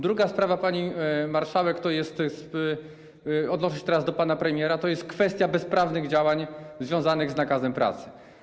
Druga sprawa, pani marszałek, to jest - odnoszę się teraz do pana premiera - kwestia bezprawnych działań związanych z nakazem pracy.